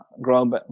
growing